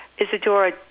isadora